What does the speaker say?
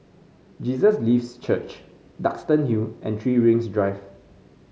Jesus Lives Church Duxton Hill and Three Rings Drive